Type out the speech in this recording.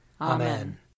Amen